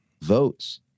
votes